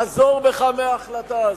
חזור בך מההחלטה הזאת.